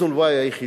reason why היחידה